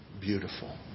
beautiful